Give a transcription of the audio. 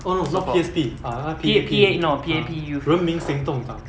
so called P A P A no P_A_P youth